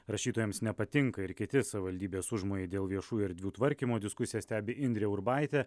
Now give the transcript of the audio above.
rašytojams nepatinka ir kiti savaldybės užmojai dėl viešųjų erdvių tvarkymo diskusiją stebi indrė urbaitė